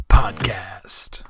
podcast